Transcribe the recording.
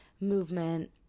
movement